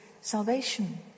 salvation